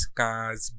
cars